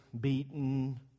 beaten